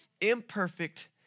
imperfect